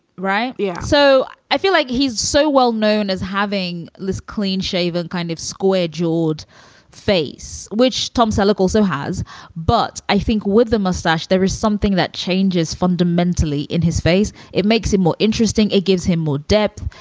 right. yeah. so i feel like he's so well known as having this clean shaven, kind of square jawed face, which tom selleck also also has but i think with the mustache, there is something that changes fundamentally in his face. it makes him more interesting. it gives him more depth.